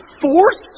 force